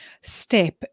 step